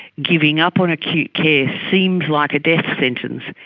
giving up on acute care seems like a death sentence,